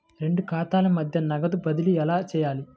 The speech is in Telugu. రెండు ఖాతాల మధ్య నగదు బదిలీ ఎలా చేయాలి?